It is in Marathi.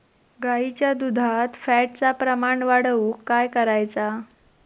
गाईच्या दुधात फॅटचा प्रमाण वाढवुक काय करायचा?